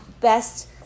best